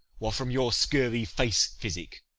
why, from your scurvy face-physic.